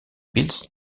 bills